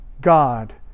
God